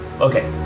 Okay